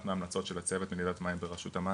מההמלצות של המצוות למדידת מים ברשות המים,